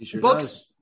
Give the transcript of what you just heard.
books